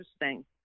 interesting